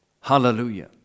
hallelujah